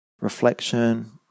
reflection